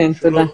שומעת.